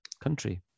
country